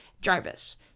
Jarvis